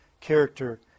character